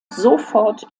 sofort